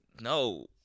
No